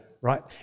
Right